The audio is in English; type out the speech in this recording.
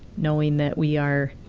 knowing that we are